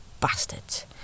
Bastards